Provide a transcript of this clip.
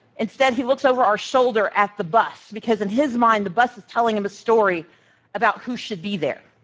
instead, he looks over our shoulder at the bus, because in his mind, the bus is telling him a story about who should be there.